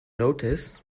notice